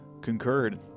concurred